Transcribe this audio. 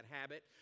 habit